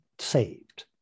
saved